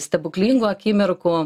stebuklingų akimirkų